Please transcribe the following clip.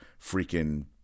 freaking